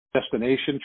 destination